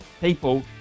people